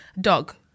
Dog